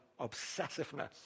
obsessiveness